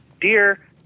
dear